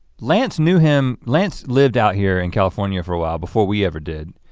lance knew him, lance lived out here in california for awhile, before we ever did.